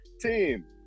team